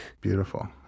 Beautiful